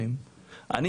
חיסון רביעי לקורונה.